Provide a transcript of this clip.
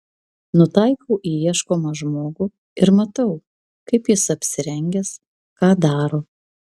nutaikau į ieškomą žmogų ir matau kaip jis apsirengęs ką daro